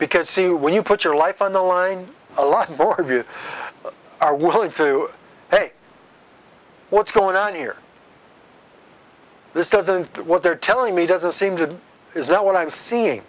because see when you put your life on the line a lot more of you are willing to say what's going on here this doesn't what they're telling me doesn't seem to do is that what i'm seeing